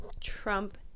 trump